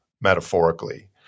metaphorically